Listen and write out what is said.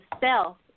self